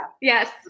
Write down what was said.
yes